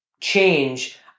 change